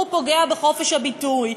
הוא פוגע בחופש הביטוי.